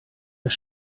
das